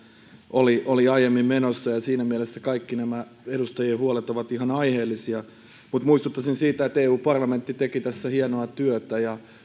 oli oli aiemmin menossa ja siinä mielessä kaikki nämä edustajien huolet ovat ihan aiheellisia mutta muistuttaisin siitä että eu parlamentti teki tässä hienoa työtä ja